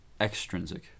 extrinsic